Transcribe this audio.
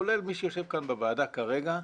כולל מי שיושב כאן בוועדה כרגע,